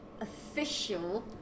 official